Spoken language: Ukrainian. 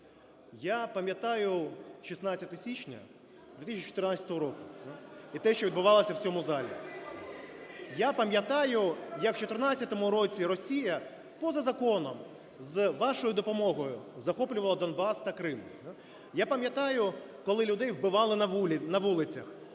Я пам'ятаю 16 січня 2014 року і те, що відбувалося в цьому залі. Я пам'ятаю, як в 2014 році Росія поза законом з вашою допомогою захоплювала Донбас та Крим. Я пам'ятаю, коли людей вбивали на вулицях,